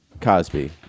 Cosby